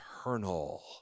eternal